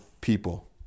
people